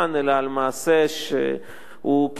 אלא על מעשה שהוא כמעט,